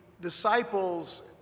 disciples